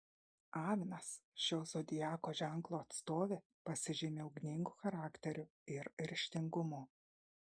avinas šio zodiako ženklo atstovė pasižymi ugningu charakteriu ir ryžtingumu